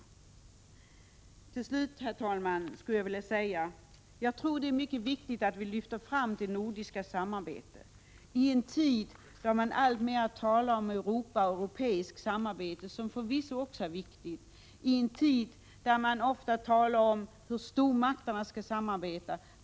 Avslutningsvis, herr talman, vill jag säga att det är mycket viktigt att lyfta fram det nordiska samarbetet i en tid då man alltmer talar om Europa och om europeiskt samarbete, vilket förvisso också är viktigt i en tid då man ofta talar om hur stormakterna skall samarbeta.